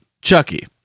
Chucky